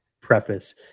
preface